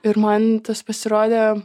ir man pasirodė